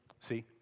See